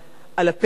על הפרק.